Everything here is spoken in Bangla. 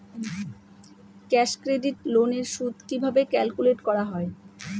ক্যাশ ক্রেডিট লোন এর সুদ কিভাবে ক্যালকুলেট করা হয়?